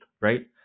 right